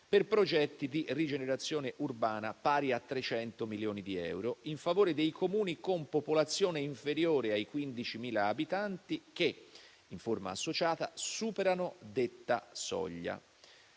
per progetti di rigenerazione urbana pari a 300 milioni di euro in favore dei Comuni con popolazione inferiore ai 15.000 abitanti che, in forma associata, superano detta soglia.